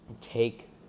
take